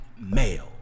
male